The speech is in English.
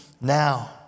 now